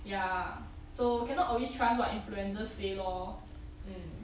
ya so cannot always trust what influencers say lor